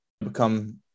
become